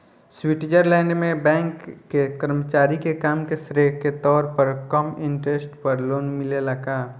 Switzerland में bank के कर्मचारी के काम के श्रेय के तौर पर कम इंटरेस्ट पर लोन मिलेला का?